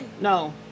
No